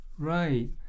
Right